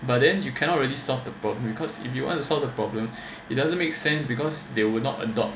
but then you cannot really solve the problem because if you want to solve the problem it doesn't make sense because they would not adopt